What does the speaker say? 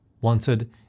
wanted